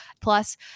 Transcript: Plus